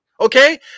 okay